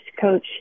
coach